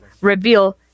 reveal